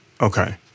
Okay